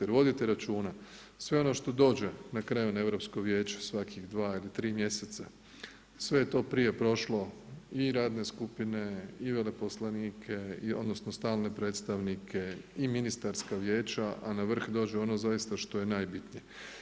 Jer voditi računa, sve ono što dođe na kraju na Europsko vijeće svakih dva ili tri mjeseca, sve je to prije prošlo i radne skupine i veleposlanike, odnosno strane predstavnike i ministarska vijeća, a na vrh dođe ono zaista što je najbitnije.